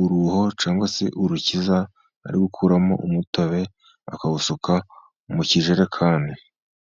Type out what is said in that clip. uruho cyangwa se urukiza, ari gukuramo umutobe akawusuka mu kijerekani.